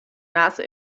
nase